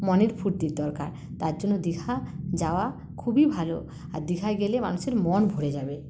মনের ফুর্তির দরকার তার জন্য দীঘা যাওয়া খুবই ভালো আর দীঘায় গেলে মানুষের মন ভরে যাবে